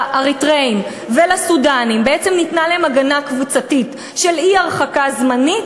לאריתריאים ולסודאנים בעצם ניתנה הגנה קבוצתית של אי-הרחקה זמנית,